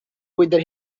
whether